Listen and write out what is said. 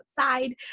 outside